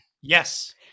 yes